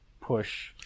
push